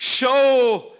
show